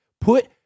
Put